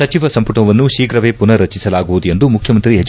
ಸಚಿವ ಸಂಪುಟವನ್ನು ಶೀಘವೇ ಪುನರ್ರಚಿಸಲಾಗುವುದು ಎಂದು ಮುಖ್ಯಮಂತ್ರಿ ಎಚ್